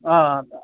हां